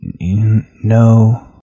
No